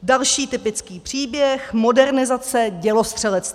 Další typický příběh, modernizace dělostřelectva.